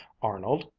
arnold,